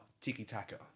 tiki-taka